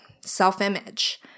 self-image